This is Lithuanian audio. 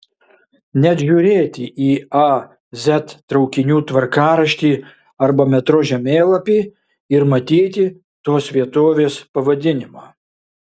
net žiūrėti į a z traukinių tvarkaraštį arba metro žemėlapį ir matyti tos vietovės pavadinimą